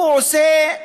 הוא עושה,